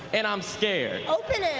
and i'm scared. open